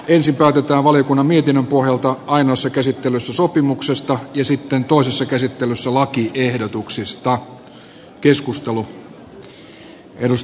ensin päätetään valiokunnan mietinnön pohjalta ainoassa käsittelyssä sopimuksesta ja sitten toisessa käsittelyssä lakiehdotuksista